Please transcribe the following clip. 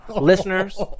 listeners